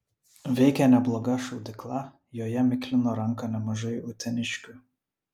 veikė nebloga šaudykla joje miklino ranką nemažai uteniškių